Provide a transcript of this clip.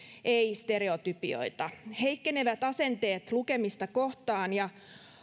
eivät stereotypioita heikkenevät asenteet lukemista kohtaan ja